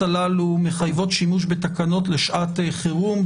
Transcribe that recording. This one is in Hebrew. הללו מחייבות שימוש בתקנות לשעת חירום,